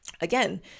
Again